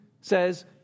says